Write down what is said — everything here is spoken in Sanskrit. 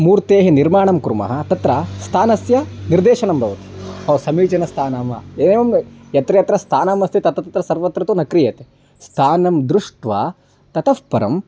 मूर्तेः निर्माणं कुर्मः तत्र स्थानस्य निर्देशनं भवति ओ समीचीनं स्थानं वा एवं यत्र यत्र स्थानमस्ति तत्र तत्र सर्वत्र तु न क्रियते स्थानं दृष्ट्वा ततः परम्